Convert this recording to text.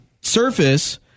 surface